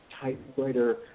typewriter